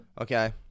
Okay